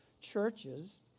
churches